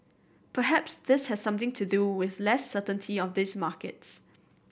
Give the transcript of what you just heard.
perhaps this has something to do with less certainty of these markets